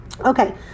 okay